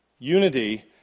Unity